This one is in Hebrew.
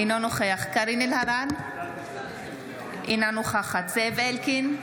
אינו נוכח קארין אלהרר, אינה נוכחת זאב אלקין,